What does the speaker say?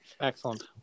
Excellent